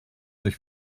durch